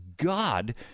God